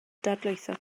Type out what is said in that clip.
dadlwytho